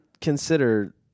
consider